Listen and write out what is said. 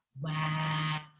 Wow